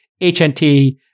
HNT